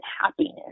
happiness